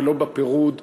ולא בפירוד ובהפרדה.